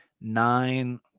nine